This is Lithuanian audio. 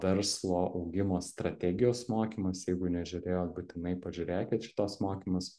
verslo augimo strategijos mokymuose jeigu nežiūrėjot būtinai pažiūrėkit šituos mokymus